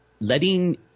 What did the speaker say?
letting